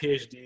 PhD